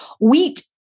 Wheat